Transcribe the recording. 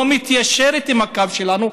לא מתיישרת עם הקו שלנו,